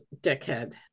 dickhead